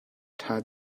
ṭha